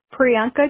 Priyanka